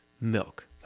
milk